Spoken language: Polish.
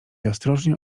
ostrożnie